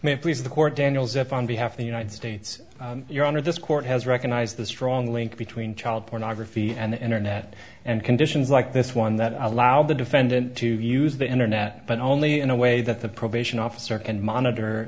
please the court daniels if on behalf of the united states your honor this court has recognized the strong link between child pornography and the internet and conditions like this one that allow the defendant to use the internet but only in a way that the probation officer can monitor